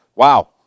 wow